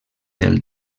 del